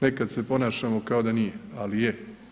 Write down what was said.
Nekad se ponašamo kao da nije, ali je.